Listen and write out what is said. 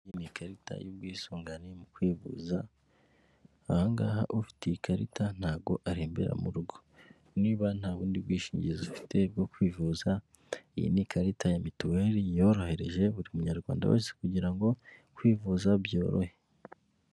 Iyi ni ikarita y'ubwisungane mu kwivuza, aha ngaha, ufite iyi ikarita ntago arembera mu rugo. Niba nta bundi bwishingizi ufite bwo kwivuza, iyi ni ikarita ya mituweri yorohereje buri munyarwanda wese kugira ngo kwivuza byorohe.